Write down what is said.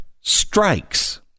strikes